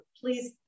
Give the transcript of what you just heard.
please